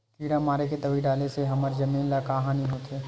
किड़ा मारे के दवाई डाले से हमर जमीन ल का हानि होथे?